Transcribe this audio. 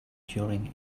during